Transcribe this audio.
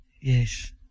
Yes